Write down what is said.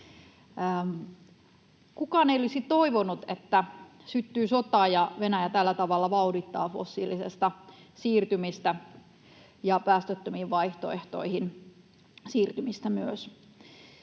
Kukaan ei olisi toivonut, että syttyy sota ja Venäjä tällä tavalla vauhdittaa fossiilisesta siirtymistä ja päästöttömiin vaihtoehtoihin siirtymistä myös.